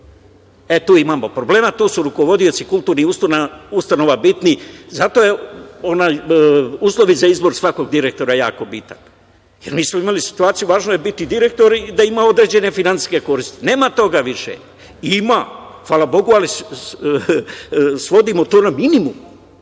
e, tu imamo problema. Tu su rukovodioci kulturnih ustanova bitni. Zato su uslovi za izbor svakog direktora jako bitni. Jer, mi smo imali situaciju - važno je biti direktor i da ima određene finansijske koristi. Nema toga više. Ima, hvala bogu, ali svodimo to na minimum.